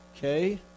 Okay